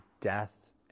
death